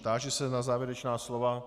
Táži se na závěrečná slova?